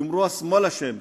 יאמרו: השמאל אשם,